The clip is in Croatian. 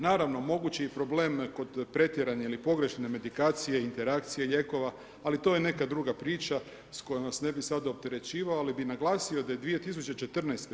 Naravno, mogući problem kod pretjerane ili pogrešne medikacije ili interakcije lijekova, ali to je neka druga priča s kojom vas ne bi sad opterećivao, ali bih naglasio da je 2015.